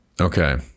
Okay